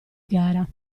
gara